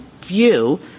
view